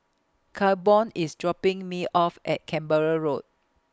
Claiborne IS dropping Me off At Canberra Road